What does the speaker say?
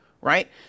right